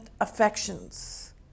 affections